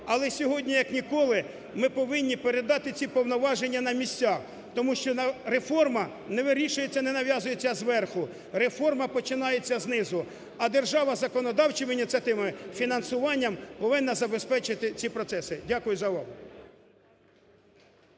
Але сьогодні, як ніколи, ми повинні передати ці повноваження на місця, тому що реформа не вирішується, не нав'язується зверху, реформа починається знизу, а держава законодавчими ініціативами, фінансування повинна забезпечити ці процеси. Дякую за увагу.